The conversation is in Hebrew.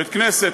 בית-כנסת,